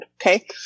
Okay